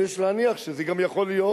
אבל יש להניח שזה גם יכול להיות,